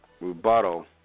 rebuttal